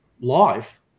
life